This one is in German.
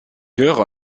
höre